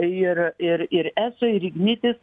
ir ir ir eso ir ignitis